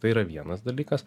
tai yra vienas dalykas